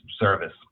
service